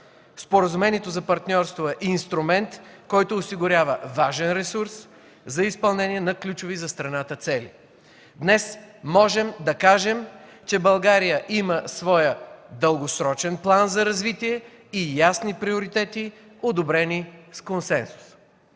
Споразумението за партньорство е инструмент, който осигурява важен ресурс за изпълнение на ключови за страната цели. Днес можем да кажем, че България има своя дългосрочен план за развитие и ясни приоритети, одобрени с консенсус.